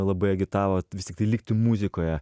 labai agitavo vis tiktai likti muzikoje